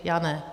Já ne.